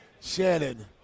Shannon